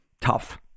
tough